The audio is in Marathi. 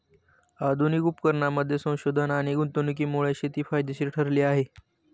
आधुनिक उपकरणांमध्ये संशोधन आणि गुंतवणुकीमुळे शेती फायदेशीर ठरली आहे